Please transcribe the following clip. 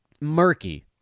murky